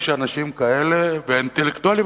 ואינטלקטואלים,